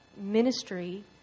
ministry